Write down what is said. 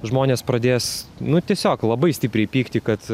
žmonės pradės nu tiesiog labai stipriai pykti kad